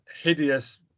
hideous